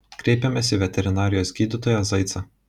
kreipėmės į veterinarijos gydytoją zaicą